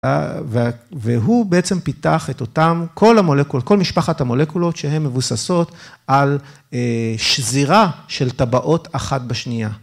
והוא בעצם פיתח את אותם, כל המולקולות, כל משפחת המולקולות, שהן מבוססות על שזירה של טבעות אחת בשנייה.